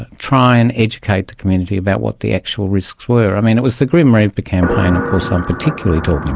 and try and educate the community about what the actual risks were. i mean, it was the grim reaper campaign, of course, i'm particularly talking